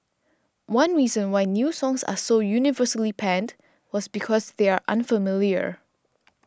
one reason why new songs are so universally panned was because they are unfamiliar